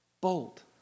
bold